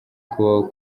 kubaho